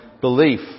belief